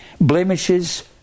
blemishes